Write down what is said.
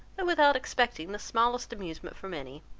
though without expecting the smallest amusement from any,